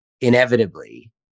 inevitably